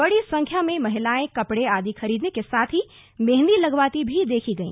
बड़ी संख्या में महिलाएं कपड़े आदि खरीदने के साथ ही मेहंदी लगवाती भी देखी गई